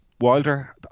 Wilder